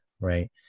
Right